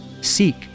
seek